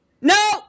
no